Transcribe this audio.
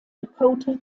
dakota